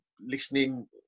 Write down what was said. listening